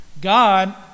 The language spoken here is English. God